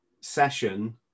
session